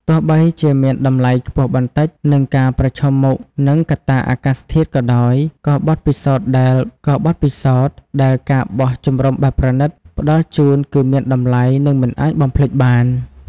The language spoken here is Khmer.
ទោះបីជាមានតម្លៃខ្ពស់បន្តិច និងការប្រឈមមុខនឹងកត្តាអាកាសធាតុក៏ដោយ ក៏បទពិសោធន៍ដែល ការបោះជំរំបែបប្រណីត ផ្តល់ជូនគឺមានតម្លៃ និងមិនអាចបំភ្លេចបាន។